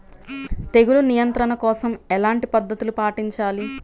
తెగులు నియంత్రణ కోసం ఎలాంటి పద్ధతులు పాటించాలి?